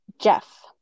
Jeff